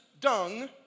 dung